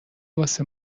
واسه